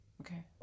Okay